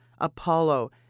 Apollo